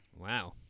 Wow